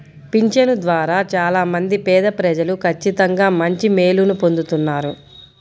పింఛను ద్వారా చాలా మంది పేదప్రజలు ఖచ్చితంగా మంచి మేలుని పొందుతున్నారు